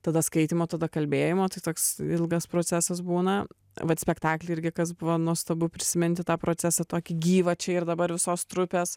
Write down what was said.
tada skaitymo tada kalbėjimo tai toks ilgas procesas būna vat spektaklį irgi kas buvo nuostabu prisiminti tą procesą tokį gyvą čia ir dabar visos trupės